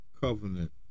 covenant